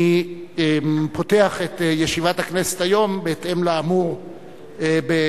אני פותח את ישיבת הכנסת היום בהתאם לאמור בחוק.